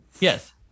Yes